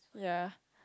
yea